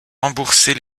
rembourser